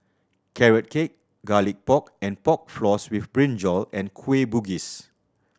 Carrot Cake Garlic Pork and Pork Floss with brinjal and Kueh Bugis